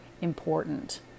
important